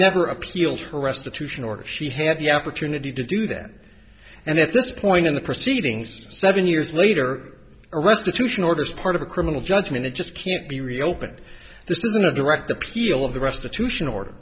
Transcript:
never appealed her restitution or she had the opportunity to do that and at this point in the proceedings seven years later arrested two she orders part of a criminal judgment it just can't be reopened this isn't a direct appeal of the restitution or